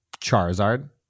Charizard